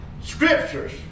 Scriptures